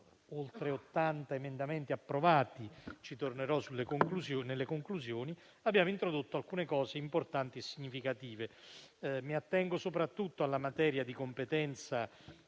oltre 80 emendamenti approvati. Sul punto tornerò nelle conclusioni. Abbiamo introdotto poi alcune misure importanti e significative. Mi attengo soprattutto alla materia di competenza